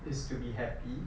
is to be happy